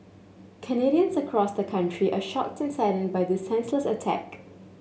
Canadians across the country are shocked and saddened by this senseless attack